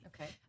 Okay